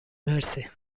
مرسی